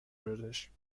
british